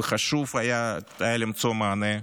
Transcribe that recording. והיה חשוב למצוא מענה.